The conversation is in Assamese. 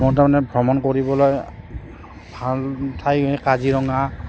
মোৰ তাৰমানে ভ্ৰমণ কৰিবলৈ ভাল ঠাই কাজিৰঙা